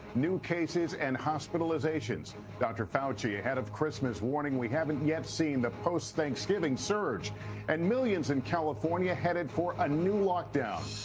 new cases and hospitalizations dr. fauci ahead of christmas warning we haven't yet seen the post-thanksgiving surge and millions in california head for a new lockdown.